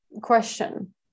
question